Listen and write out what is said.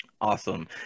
awesome